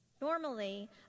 Normally